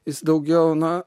jis daugiau na